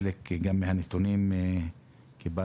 בבקשה.